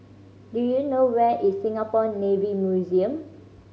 do you know where is Singapore Navy Museum